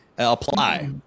Apply